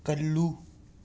ꯀꯜꯂꯨ